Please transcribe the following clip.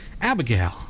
Abigail